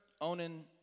Onan